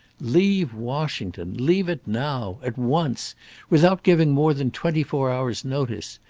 leave washington! leave it now at once without giving more than twenty-four hours' notice!